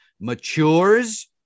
matures